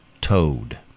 Toad